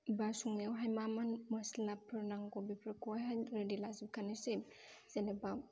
बा संनायावहाय मा मा मस्लाफोर नांगौ बेफोरखौहाय रेडि लाजोबखानोसै जेनेबा